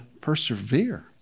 persevere